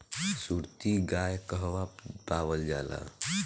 सुरती गाय कहवा पावल जाला?